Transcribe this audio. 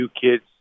kids